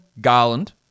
Garland